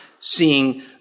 seeing